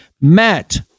Matt